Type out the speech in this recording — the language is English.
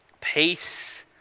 peace